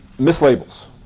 Mislabels